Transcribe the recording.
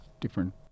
different